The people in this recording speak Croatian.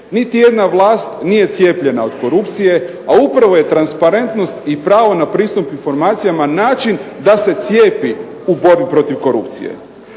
Niti jedna vlast nije cijepljena od korupcije, a upravo je transparentnost i pravo na pristup informacijama način da se cijepi u borbi protiv korupcije.